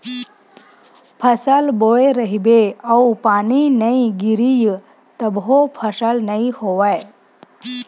फसल बोए रहिबे अउ पानी नइ गिरिय तभो फसल नइ होवय